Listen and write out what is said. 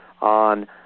on